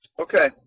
Okay